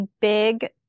big